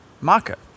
market